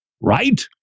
right